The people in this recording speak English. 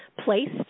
placed